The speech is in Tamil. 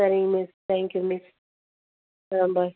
சரிங்க miss thank you miss bye